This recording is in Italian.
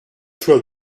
sua